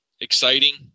exciting